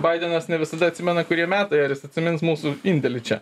baidenas ne visada atsimena kurie metai ar jis atsimins mūsų indėlį čia